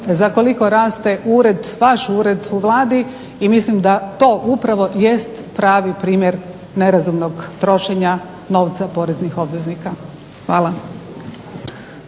za koliko raste ured, vaš ured u Vladi i mislim da to upravo jest pravi primjer nerazumnog trošenja novca poreznih obveznika. Hvala.